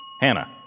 Hannah